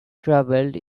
travelled